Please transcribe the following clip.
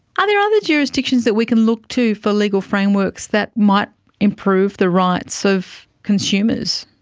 are there other jurisdictions that we can look to for legal frameworks that might improve the rights of consumers?